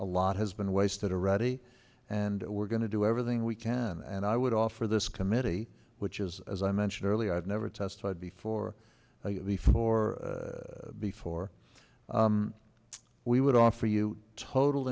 a lot has been wasted already and we're going to do everything we can and i would offer this committee which is as i mentioned earlier i've never testified before before before we would offer you total